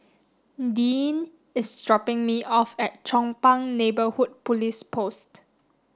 Deeann is dropping me off at Chong Pang Neighbourhood Police Post